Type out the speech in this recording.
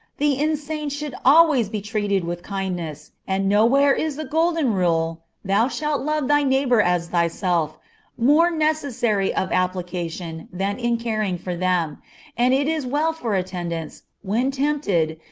the insane should always be treated with kindness, and nowhere is the golden rule thou shalt love thy neighbor as thyself more necessary of application than in caring for them and it is well for attendants, when tempted,